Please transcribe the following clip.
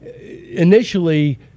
initially